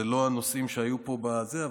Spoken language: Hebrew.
אלה לא הנושאים שהיו פה בזה,